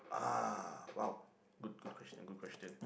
ah !wow! good good question good question